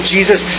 Jesus